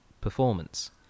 performance